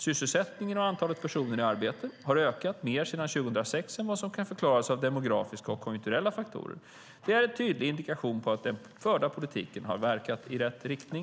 Sysselsättningen och antalet personer i arbete har ökat mer sedan 2006 än vad som kan förklaras av demografiska och konjunkturella faktorer. Det är tydliga indikationer på att den förda politiken har verkat i rätt riktning.